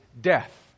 death